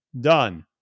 done